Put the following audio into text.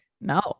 No